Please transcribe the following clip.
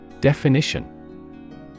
Definition